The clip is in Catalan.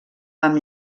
amb